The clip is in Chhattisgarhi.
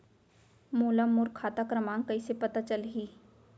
मोला मोर खाता क्रमाँक कइसे पता चलही?